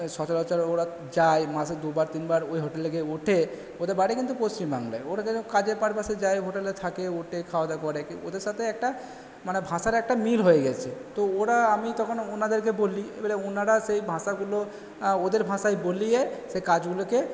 সচরাচর ওরা যায় মাসে দুবার তিনবার ওই হোটেলে গিয়ে ওঠে ওদের বাড়ি কিন্তু পশ্চিমবাংলায় ওরা কাজের পারপাসে যায় হোটেলে থাকে ওঠে খাওয়া দাওয়া করে ওদের সাথে একটা মানে ভাষার একটা মিল হয়ে গেছে তো ওরা আমি তখন ওনাদেরকে বলি এবারে ওনারা সেই ভাষাগুলো ওদের ভাষায় বলিয়ে সে কাজগুলোকে